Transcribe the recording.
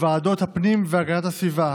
בוועדת הפנים והגנת הסביבה,